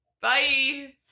Bye